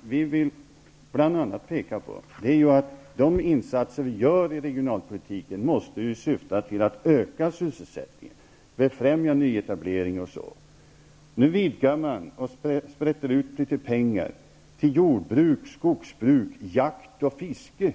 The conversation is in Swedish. Vi vill bl.a. peka på att de insatser vi gör i regionalpolitiken måste syfta till att öka sysselsättningen, befrämja nyetablering osv. Nu vidgar man och sprätter ut litet pengar till jordbruk, skogsbruk, jakt och fiske.